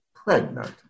pregnant